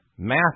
Math